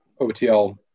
otl